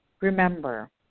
remember